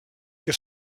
que